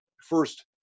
first